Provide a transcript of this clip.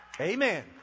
Amen